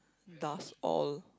does all